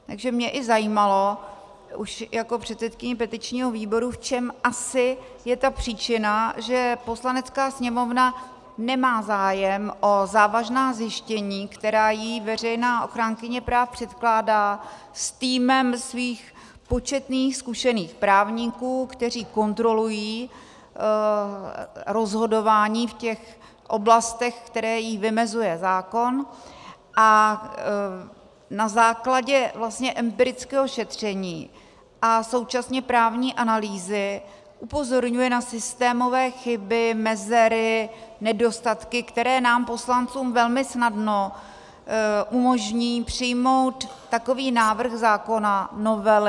Takže mě i zajímalo už jako předsedkyni petičního výboru, v čem asi je ta příčina, že Poslanecká sněmovna nemá zájem o závažná zjištění, která jí veřejná ochránkyně práv předkládá s týmem svých početných zkušených právníků, kteří kontrolují rozhodování v těch oblastech, které jí vymezuje zákon, a na základě vlastně empirického šetření a současně právní analýzy upozorňuje na systémové chyby, mezery, nedostatky, které nám poslancům velmi snadno umožní přijmout takový návrh zákona, novely.